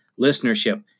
listenership